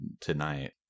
tonight